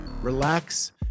relax